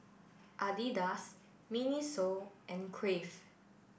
Adidas Miniso and Crave